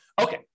Okay